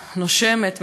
נושמת,